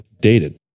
dated